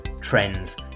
trends